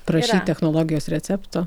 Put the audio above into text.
prašyt technologijos recepto